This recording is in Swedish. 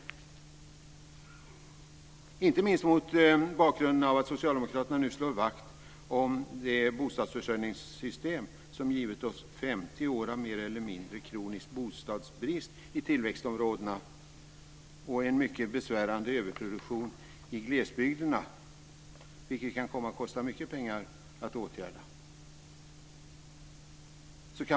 Man kan ju undra, inte minst mot bakgrund av att Socialdemokraterna nu slår vakt om det bostadsförsörjningssystem som givit oss 50 år av mer eller mindre kronisk bostadsbrist i tillväxtområdena, och en mycket besvärande överproduktion i glesbygderna - vilket ju kan komma att kosta mycket pengar att åtgärda.